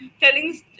telling